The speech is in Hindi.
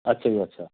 अच्छा जी अच्छा